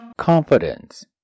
Confidence